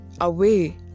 away